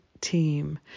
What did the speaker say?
team